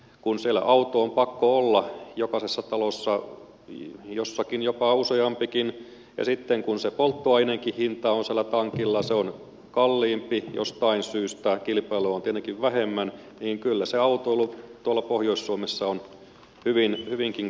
kun siellä auto on pakko olla jokaisessa talossa jossakin jopa useampikin ja kun se polttoaineenkin hinta siellä tankilla on kalliimpi jostain syystä kilpailua on tietenkin vähemmän niin kyllä se autoilu tuolla pohjois suomessa on hyvinkin kallista